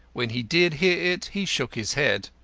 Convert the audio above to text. when he did hear it he shook his head.